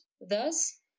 Thus